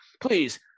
Please